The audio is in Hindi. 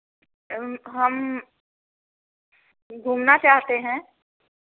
हम घूमना चाहते हैं